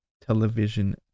Television